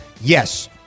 Yes